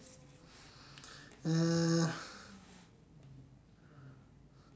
uh